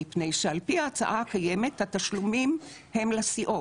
מפני שעל פי ההצעה קיימת התשלומים הם לסיעות.